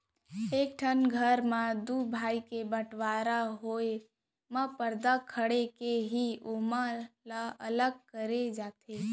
एक ठन घर म दू भाई के बँटवारा होय म परदा खंड़ के ही ओमन ल अलग करे जाथे